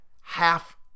half